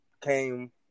came